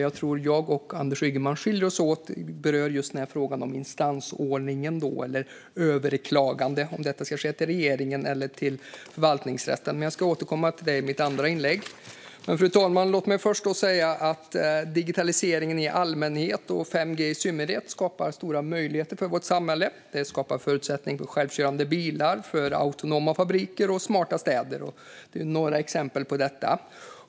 Jag tror att jag och Anders Ygeman skiljer oss åt just i frågan om instansordningen eller överklagande, det vill säga om detta ska ske till regeringen eller till förvaltningsrätten. Detta återkommer jag till i mitt andra inlägg. Fru talman! Låt mig först säga att digitaliseringen i allmänhet och 5G i synnerhet skapar stora möjligheter för vårt samhälle. Det skapar förutsättning för självkörande bilar, autonoma fabriker och smarta städer. Det är några exempel på detta.